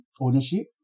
ownership